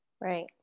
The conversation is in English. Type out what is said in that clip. Right